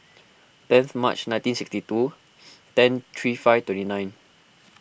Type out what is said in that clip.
tenth March nineteen sixty two ten three five twenty nine